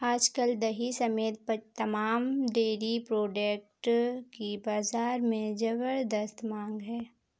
आज कल दही समेत तमाम डेरी प्रोडक्ट की बाजार में ज़बरदस्त मांग है